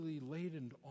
laden